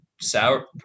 sour